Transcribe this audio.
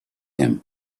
him